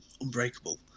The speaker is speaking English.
Unbreakable